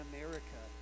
America